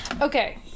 okay